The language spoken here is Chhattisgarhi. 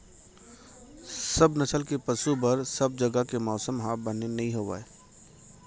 सब नसल के पसु बर सब जघा के मौसम ह बने नइ होवय